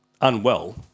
unwell